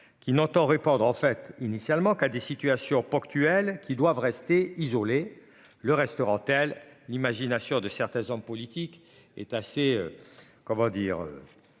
qui n'entend répondre en fait initialement qu'à des situations ponctuelles qui doivent rester isolés, le restaurant. L'imagination de certains hommes politiques, est assez. Comment dire.